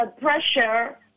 pressure